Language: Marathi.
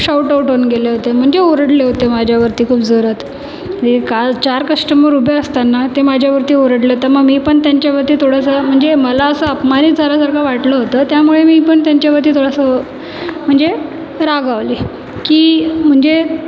शाऊट आऊट होऊन गेले होते म्हणजे ओरडले होते माझ्यावरती खूप जोरात हे काल चार कश्टमर उभे असतांना ते माझ्यावरती ओरडले तर मग मी पण त्यांच्यावरती थोडंसं म्हणजे मला असं अपमानित झाल्यासारखं वाटलं होतं त्यामुळे मी पण त्यांच्यावरती थोडंसं म्हणजे रागावले की म्हणजे